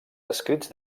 escrits